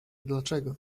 dlaczego